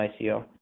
ICO